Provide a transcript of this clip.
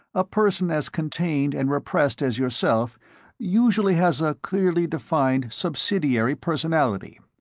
a person as contained and repressed as yourself usually has a clearly defined subsidiary personality.